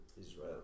Israel